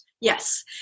Yes